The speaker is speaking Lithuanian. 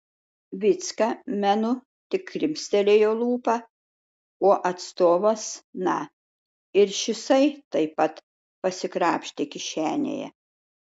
vycka menu tik krimstelėjo lūpą o atstovas na ir šisai taip pat pasikrapštė kišenėje